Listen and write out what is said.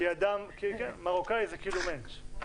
כן, מרוקאי זה כאילו מענטש.